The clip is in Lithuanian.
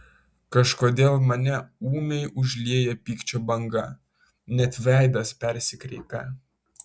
kažkodėl mane ūmiai užlieja pykčio banga net veidas persikreipia